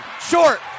Short